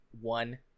one